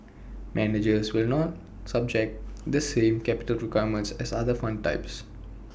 managers will not subject to the same capital requirements as other fund types